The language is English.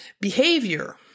behavior